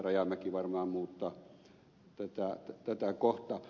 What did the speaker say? rajamäki varmaan muuttaa tätä kohtaa